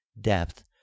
Depth